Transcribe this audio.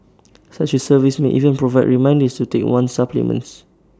such A service may even provide reminders to take one's supplements